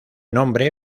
nombre